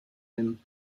him